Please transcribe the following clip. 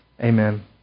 Amen